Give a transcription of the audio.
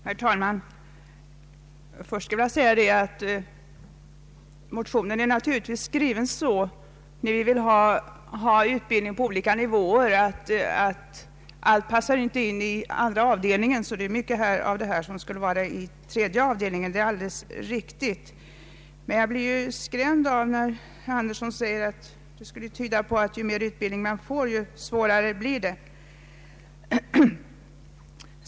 Herr talman! Först vill jag säga att vi naturligtvis önskar utbildning på olika nivåer, så det är alldeles riktigt att allt inte passar in i andra avdelningen. Men jag blev skrämd, när herr Andersson sade att ju mer utbildning människor får, desto svårare blir det.